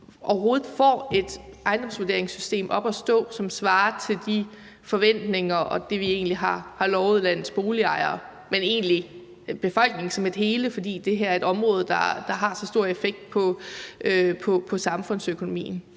overhovedet får et ejendomsvurderingssystem op at stå, som svarer til de forventninger og det, vi har lovet landets boligejere og egentlig befolkningen som et hele, fordi det her er et område, der har så stor effekt på samfundsøkonomien?